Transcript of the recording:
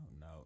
no